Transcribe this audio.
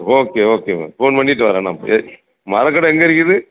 okay ஓகேங்க phone பண்ணிவிட்டு வரேன் நான் மரக்கடை எங்கே இருக்குது